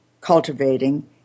cultivating